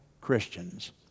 Christians